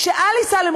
כשעלי סלאם,